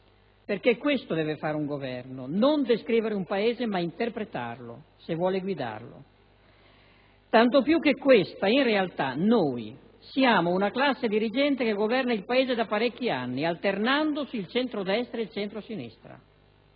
perché questo infatti dovrebbe fare un Governo: non descrivere un Paese, ma interpretarlo se vuole guidarlo, tanto più che in realtà siamo una classe dirigente che governa il Paese da parecchi anni, alternandosi il centrodestra e il centrosinistra.